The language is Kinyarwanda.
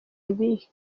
ibihe